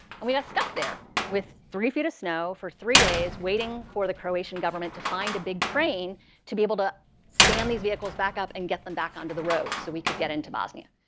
and we got stuck there with three feet of snow for three days waiting for the croatian government to find a big crane to be able to stand these vehicles back up and get them back onto the road so we could get into bosnia.